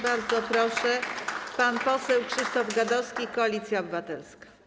Bardzo proszę, pan poseł Krzysztof Gadowski, Koalicja Obywatelska.